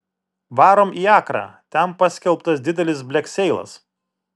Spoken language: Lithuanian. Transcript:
varom į akrą ten paskelbtas didelis blekseilas